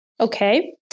okay